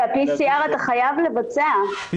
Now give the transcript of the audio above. PCR אתה חייב לבצע,